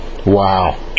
Wow